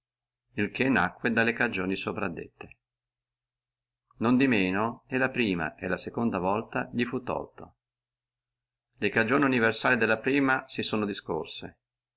il che nacque dalle cagioni sopradette non di manco e la prima e la seconda volta li fu tolto le cagioni universali della prima si sono discorse